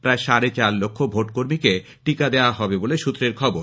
প্রায় সাড়ে চার লক্ষ ভোট কর্মীকে টিকা দেওয়া হবে বলে সৃত্রের খবর